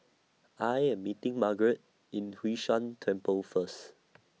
I Am meeting Margaret in Hwee San Temple First